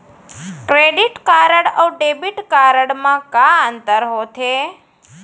Credit card अऊ debit card मा का अंतर होथे?